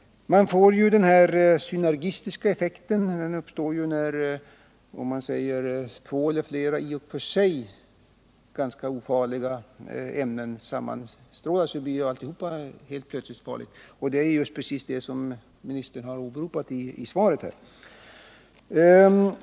Man får ju den här synergistiska effekten, som uppstår när två eller flera i och för sig ganska ofarliga ämnen sammanstrålar och helt plötsligt blir farliga. Det har också arbetsmarknadsministern åberopat i svaret.